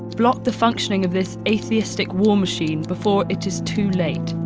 block the functioning of this atheistic war machine before it is too late,